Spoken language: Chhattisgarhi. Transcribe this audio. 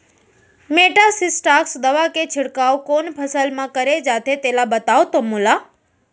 मेटासिस्टाक्स दवा के छिड़काव कोन फसल म करे जाथे तेला बताओ त मोला?